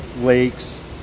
lakes